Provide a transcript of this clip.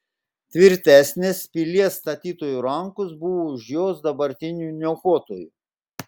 tvirtesnės pilies statytojų rankos buvo už jos dabartinių niokotojų